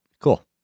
Cool